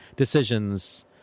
Decisions